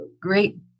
great